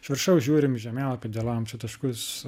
iš viršaus žiūrim į žemėlapį dėliojam čia taškus